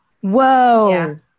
whoa